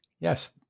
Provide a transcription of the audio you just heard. Yes